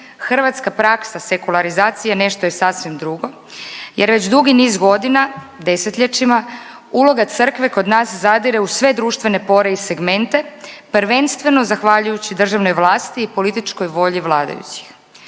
hrvatska praksa sekularizacije nešto je sasvim drugo, jer već dugi niz godina, desetljećima, uloga Crkve kod nas zadire u sve društvene pore i segmente, prvenstveno zahvaljujući državnoj vlasti i političkoj volji vladajućih.